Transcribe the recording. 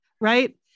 right